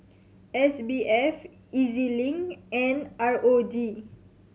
S B F E Z Link and R O D